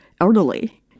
elderly